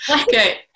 Okay